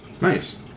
Nice